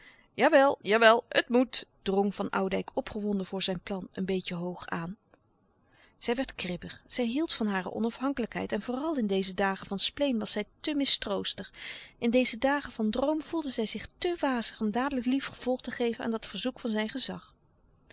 jawel jawel het moet drong van oudijck opgewonden voor zijn plan een beetje hoog aan zij werd kribbig zij hield van hare onafhankelijkheid en vooral in deze dagen van spleen was zij te mistroostig in deze dagen van droom voelde zij zich te wazig om dadelijk lief gevolg te geven aan dat verzoek van zijn gezag